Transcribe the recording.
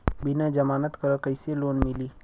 बिना जमानत क कइसे लोन मिली?